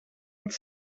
het